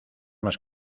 más